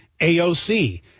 AOC